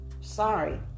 sorry